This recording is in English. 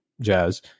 jazz